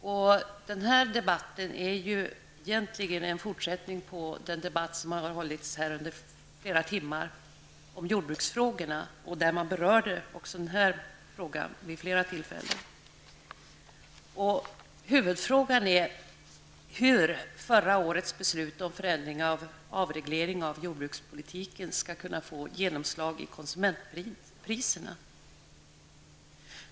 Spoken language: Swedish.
Debatten i det avseendet är egentligen en fortsättning på den debatt som har hållits här under flera timmar om jordbruksfrågorna och i vilken man också berörde denna fråga vid flera tillfällen. Huvudfrågan är hur förra årets beslut om förändring och avreglering av jordbrukspolitiken skall kunna få genomslag i konsumentpriserna.